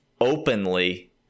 openly